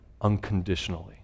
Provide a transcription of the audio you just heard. unconditionally